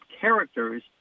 characters